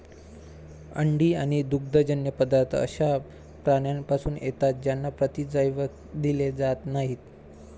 अंडी आणि दुग्धजन्य पदार्थ अशा प्राण्यांपासून येतात ज्यांना प्रतिजैविक दिले जात नाहीत